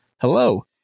Hello